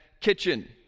kitchen